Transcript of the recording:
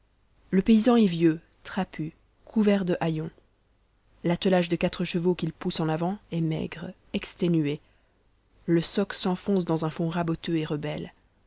le paysan est vieux trapu couvert de haillons l'attelage de quatre chevaux qu'il pousse en avant est maigre exténué le soc s'enfonce dans un fonds raboteux et rebelle